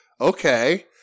okay